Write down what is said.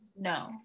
No